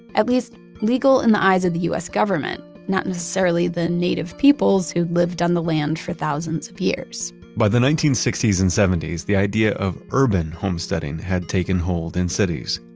at least legal in the eyes of the us government, not necessarily the native peoples who lived on the land for thousands of years by the nineteen sixty s and seventy s, the idea of urban homesteading had taken hold in cities.